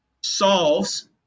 solves